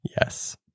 Yes